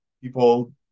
people